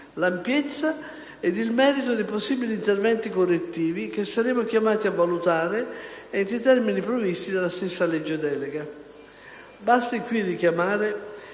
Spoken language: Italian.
l'ampiezza ed il merito dei possibili interventi correttivi che saremo chiamati a valutare entro i termini previsti dalla stessa legge delega. Basti qui richiamare